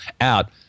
out